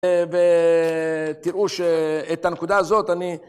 ותראו שאת הנקודה הזאת אני...